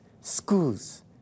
schools